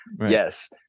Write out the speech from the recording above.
Yes